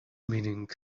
meaning